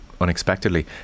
unexpectedly